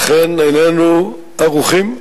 אכן איננו ערוכים,